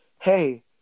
Hey